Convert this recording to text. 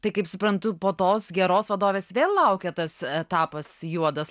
tai kaip suprantu po tos geros vadovės vėl laukė tas etapas juodas